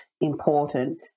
important